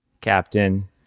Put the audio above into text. captain